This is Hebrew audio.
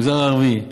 מהמגזר הערבי,